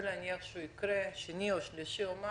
סביר להניח שהוא יקרה, ואני